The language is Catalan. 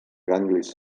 ganglis